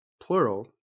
plural